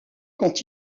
quand